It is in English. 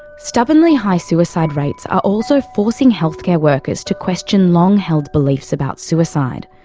stubbornly high suicide rates are also forcing healthcare workers to question long held beliefs about suicide.